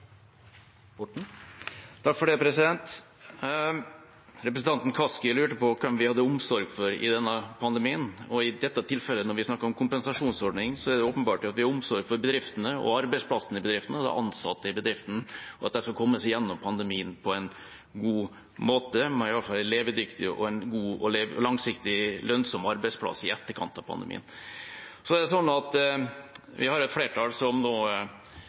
i denne pandemien. I dette tilfellet, når vi snakker om kompensasjonsordning, er det åpenbart at vi har omsorg for bedriftene og arbeidsplassene i bedriftene og de ansatte i bedriftene, og at de skal komme seg gjennom pandemien på en god måte og ha en levedyktig, god og langsiktig lønnsom arbeidsplass i etterkant av pandemien. Vi har et flertall som nå innfører flere begrensninger i denne ordningen, en utbyttebegrensning, for så vidt, og en overskuddsbegrensning. Spørsmålet mitt i denne runden er